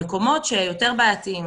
המקומות היותר בעייתיים,